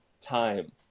time